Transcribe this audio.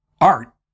art